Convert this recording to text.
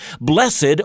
blessed